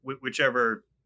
whichever